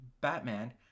batman